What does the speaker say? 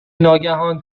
ناگهان